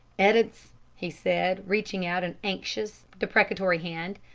ed'ards, he said, reaching out an anxious, deprecatory hand,